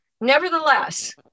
nevertheless